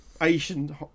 Asian